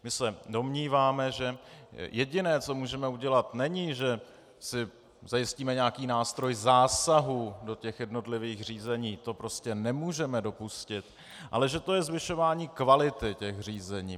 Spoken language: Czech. My se domníváme, že jediné, co můžeme udělat, není, že si zajistíme nějaký nástroj zásahu do jednotlivých řízení, to nemůžeme dopustit, ale že to je zvyšování kvality těch řízení.